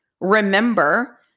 remember